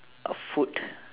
uh food